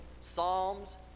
psalms